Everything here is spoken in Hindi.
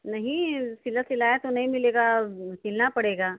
नहीं सिला सिलाया तो नहीं मिलेगा सिलना पड़ेगा